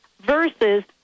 versus